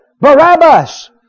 Barabbas